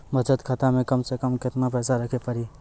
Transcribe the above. बचत खाता मे कम से कम केतना पैसा रखे पड़ी?